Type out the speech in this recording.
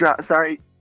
Sorry